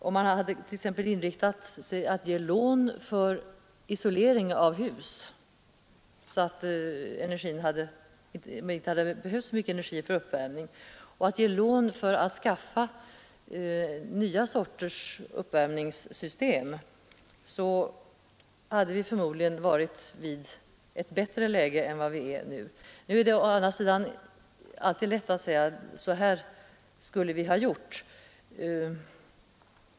Om man t.ex. hade inriktat sig på att ge lån för isolering av hus så att det inte hade behövts så mycket energi för uppvärmning, eller om man hade inriktat sig på att ge lån för att skaffa ett nytt slags uppvärmningssystem, hade vi förmodligen varit i ett bättre läge än vi är nu. Nu är det å andra sidan alltid lätt att säga: Så här skulle vi ha gjort.